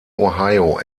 ohio